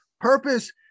purpose